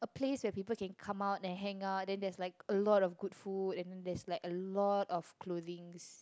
a place where people can come out and hang out then there's like a lot of good food and then there's a lot of clothings